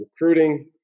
recruiting